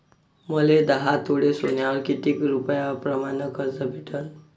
मले दहा तोळे सोन्यावर कितीक रुपया प्रमाण कर्ज भेटन?